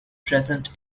present